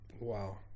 Wow